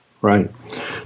right